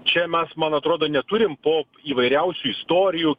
čia mes man atrodo neturim po įvairiausių istorijų